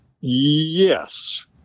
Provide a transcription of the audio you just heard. yes